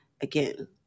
again